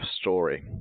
story